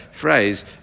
phrase